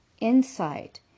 insight